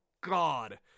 God